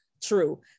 true